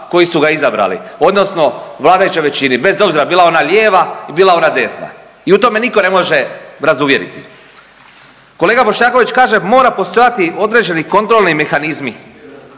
koji su ga izabrali odnosno vladajućoj većini, bez obzira bila ona lijeva i bila ona desna i u to me niko ne može razuvjeriti. Kolega Bošnjaković kaže mora postojati određeni kontrolni mehanizmi.